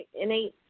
innate